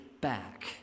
back